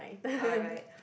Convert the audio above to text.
alright